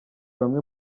bamwe